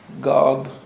God